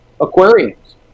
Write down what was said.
aquariums